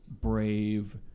brave